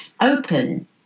open